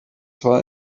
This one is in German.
zwar